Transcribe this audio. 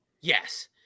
Yes